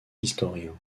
historien